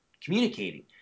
communicating